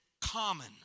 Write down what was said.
common